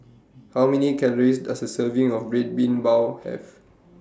How Many Calories Does A Serving of Red Bean Bao Have